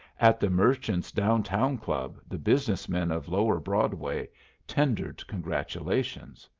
at the merchants down-town club the business men of lower broadway tendered congratulations.